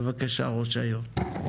בבקשה ראש העיר.